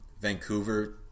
Vancouver